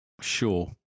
Sure